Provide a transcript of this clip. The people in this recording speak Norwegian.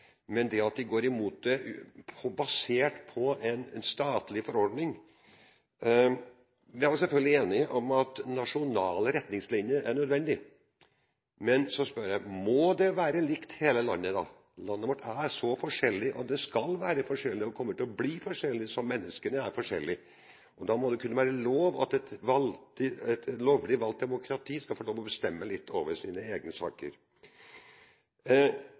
men problemet er at man går imot det basert på en statlig forordning. Vi er selvfølgelig enig i at nasjonale retningslinjer er nødvendig, men må det være likt i hele landet? Landet vårt er så forskjellig, og det skal være forskjellig og kommer til å bli forskjellig – som menneskene er forskjellige – og da må det være lov at et lovlig valgt demokratisk organ skal få bestemme litt over sine egne saker.